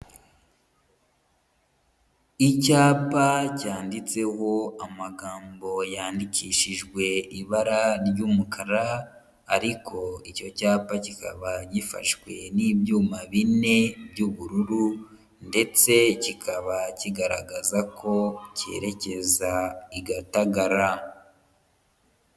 Icyapa cyanditseho amagambo yandikishijwe ibara ry'umukara ariko icyo cyapa kikaba gifashwe n'ibyuma bine by'ubururu ndetse kikaba kigaragaza ko cyerekeza i Gatagara.